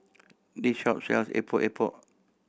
this shop sells Epok Epok